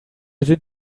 sind